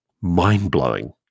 mind-blowing